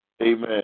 amen